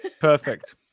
Perfect